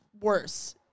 worse